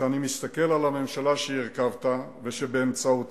כשאני מסתכל על הממשלה שהרכבת ושבאמצעותה